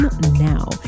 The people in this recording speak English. now